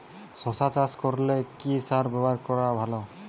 শশা চাষ করলে কি সার ব্যবহার করলে ভালো হয়?